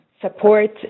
support